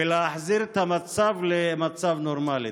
ולהחזיר את המצב למצב נורמלי.